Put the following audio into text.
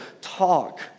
talk